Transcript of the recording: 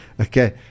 okay